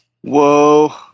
Whoa